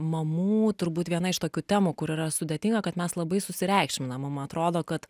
mamų turbūt viena iš tokių temų kur yra sudėtinga kad mes labai susireikšminam mum atrodo kad